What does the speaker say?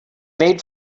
made